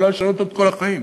יכולה לשנות את כל החיים,